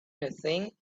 anything